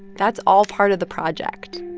that's all part of the project.